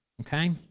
okay